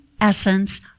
essence